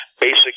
basic